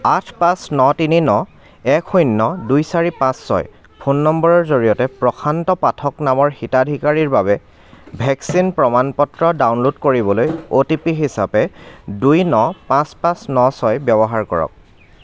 আঠ পাঁচ ন তিনি ন এক শূন্য দুই চাৰি পাঁচ ছয় ফোন নম্বৰৰ জৰিয়তে প্ৰশান্ত পাঠক নামৰ হিতাধিকাৰীৰ বাবে ভেকচিন প্ৰমাণ পত্ৰ ডাউনলোড কৰিবলৈ অ' টি পি হিচাপে দুই ন পাঁচ পাঁচ ন ছয় ব্যৱহাৰ কৰক